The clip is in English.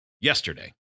yesterday